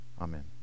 Amen